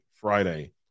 Friday